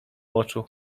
moczu